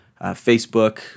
Facebook